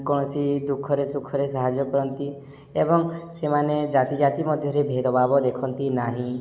କୌଣସି ଦୁଃଖରେ ସୁଖରେ ସାହାଯ୍ୟ କରନ୍ତି ଏବଂ ସେମାନେ ଜାତି ଜାତି ମଧ୍ୟରେ ଭେଦଭାବ ଦେଖନ୍ତି ନାହିଁ